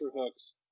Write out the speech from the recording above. hooks